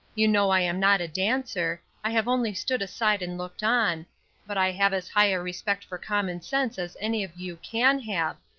you know i am not a dancer i have only stood aside and looked on but i have as high a respect for common sense as any of you can have,